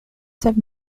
had